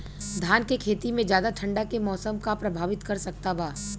धान के खेती में ज्यादा ठंडा के मौसम का प्रभावित कर सकता बा?